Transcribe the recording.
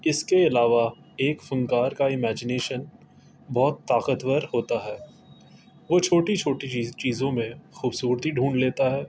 اس کے علاوہ ایک فنکار کا امیجینیشن بہت طاقتور ہوتا ہے وہ چھوٹی چھوٹی چی چیزوں میں خوبصورتی ڈھونڈ لیتا ہے